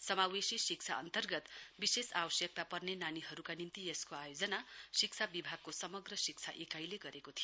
समावेशी शिक्षा अन्तर्गत विशेष आवश्यकता पर्ने नानीहरूका निम्ति यसको आयोजना शिक्षा बिभागको समग्र शिक्षा इकाइले गरेको थियो